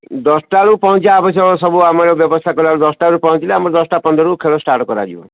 ଦଶଟା ବେଳକୁ ପହଞ୍ଚିବା ଆବଶ୍ୟକ ସବୁ ଆମର ବ୍ୟବସ୍ଥା କରିବା ଦଶଟାରୁ ପହଞ୍ଚିଲେ ଆମର ଦଶଟା ପନ୍ଦରକୁ ଖେଳ ଷ୍ଟାର୍ଟ କରାଯିବ